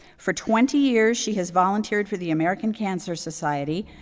for twenty years, she has volunteered for the american cancer society,